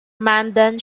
mandan